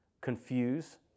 confuse